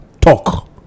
talk